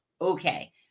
okay